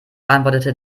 antwortete